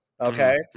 Okay